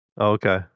okay